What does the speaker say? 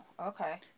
Okay